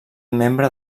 membre